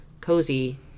cozy